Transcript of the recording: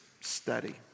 study